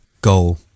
goal